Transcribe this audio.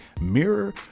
mirror